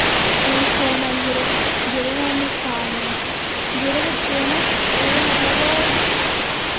हून फोन आई गेदे जेह्दे कन्नै हून नकसान न जेह्ड़े बच्चे न ओह् मतलब